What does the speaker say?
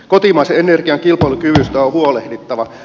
kotimaisen energian kilpailukyvystä on huolehdittava